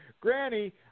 Granny